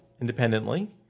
independently